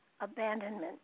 abandonment